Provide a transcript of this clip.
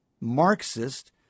Marxist